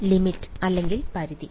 വിദ്യാർത്ഥി പരിധി